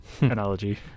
analogy